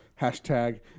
Hashtag